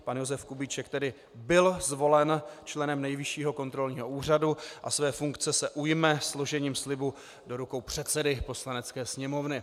Pan Josef Kubíček tedy byl zvolen členem Nejvyššího kontrolního úřadu a své funkce se ujme složením slibu do rukou předsedy Poslanecké sněmovny.